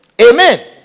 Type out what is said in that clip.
Amen